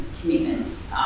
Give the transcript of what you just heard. commitments